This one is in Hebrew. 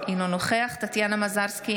אינו נוכח טטיאנה מזרסקי,